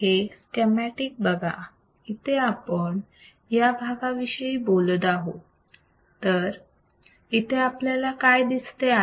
हे स्केमॅटिक बघा इथे आपण या भागाविषयी बोलत आहोत तर इथे आपल्याला काय दिसते आहे